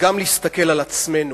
וגם להסתכל על עצמנו: